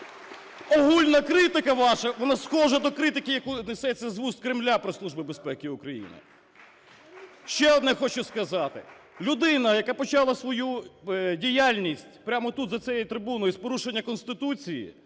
Огульна критика ваша, вона схожа до критики, яка несеться з вуст Кремля про Службу безпеки України. Ще одне хочу сказати. Людина, яка почала свою діяльність прямо тут, за цією трибуною, з порушення Конституції